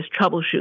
troubleshoot